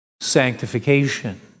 sanctification